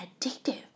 addictive